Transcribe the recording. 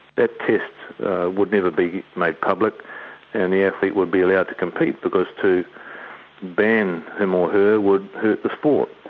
that test would never be made public and the athlete would be allowed to compete, because to ban him or her would hurt the sport.